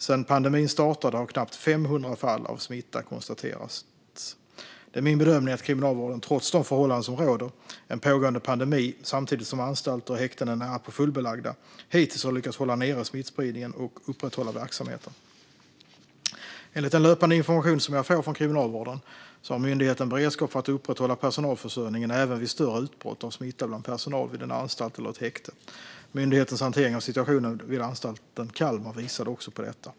Sedan pandemin startade har knappt 500 fall av smitta konstaterats. Det är min bedömning att Kriminalvården trots de förhållanden som råder, en pågående pandemi samtidigt som anstalter och häkten är närapå fullbelagda, hittills har lyckats hålla nere smittspridningen och upprätthålla verksamheten. Enligt den löpande information som jag får från Kriminalvården har myndigheten beredskap för att upprätthålla personalförsörjningen även vid större utbrott av smitta bland personal vid en anstalt eller ett häkte. Myndighetens hantering av situationen vid Anstalten Kalmar visade också på detta.